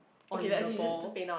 on the ball